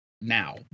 now